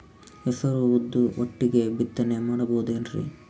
ಹೆಸರು ಉದ್ದು ಒಟ್ಟಿಗೆ ಬಿತ್ತನೆ ಮಾಡಬೋದೇನ್ರಿ?